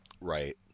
Right